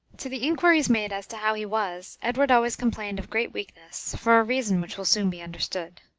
to the inquiries made as to how he was, edward always complained of great weakness, for a reason which will soon be understood.